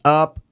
up